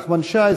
נחמן שי,